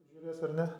žiūrės ar ne